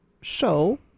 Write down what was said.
show